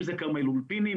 אם זה כרמל אולפינים,